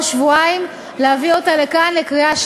וכשיש סכנה ויש ודאות קרובה לפגיעה בביטחון,